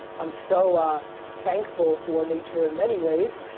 i'm so ah thankful for nature in many ways.